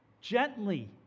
gently